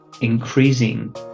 increasing